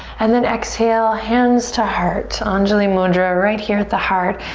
and then exhale, hands to heart. anjuli mudra right here at the heart.